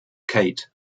kate